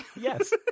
Yes